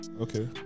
Okay